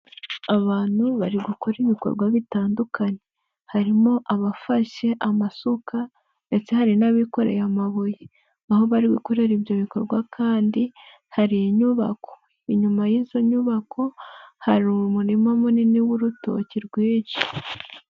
Abantu bari gukora ibikorwa bitandukanye harimo abafashe amasuka ndetse hari n'abikoreye amabuye, aho bari gukorera ibyo bikorwa kandi hari inyubako, inyuma y'izo nyubako hari umurima munini w'urutoki rwinshi.